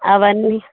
అవన్నీ